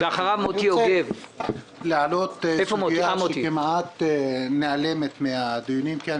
אני רוצה להעלות סוגיה שכמעט נעלמת מהדיונים כאן